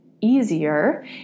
easier